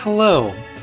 Hello